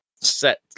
set